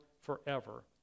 forever